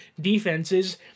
defenses